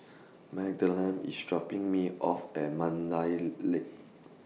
Madalyn IS dropping Me off At Mandai Lake